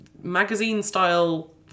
magazine-style